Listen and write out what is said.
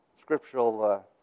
scriptural